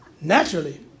Naturally